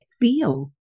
feel